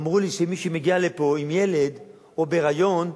אמרו לי שמי שמגיע לפה עם ילד או בהיריון,